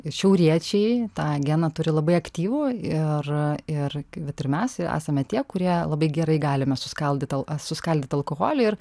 ir šiauriečiai tą geną turi labai aktyvų ir ir vat ir mes esame tie kurie labai gerai galime suskaldyt a suskaldyt alkoholį ir